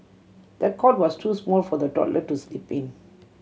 the cot was too small for the toddler to sleep in